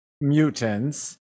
mutants